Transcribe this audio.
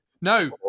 No